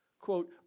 quote